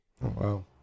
Wow